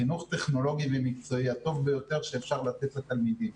חינוך טכנולוגי ומקצועי הטוב ביותר שאפשר לתת לתלמידים.